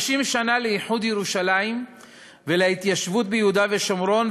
50 שנה לאיחוד ירושלים ולהתיישבות ביהודה ושומרון,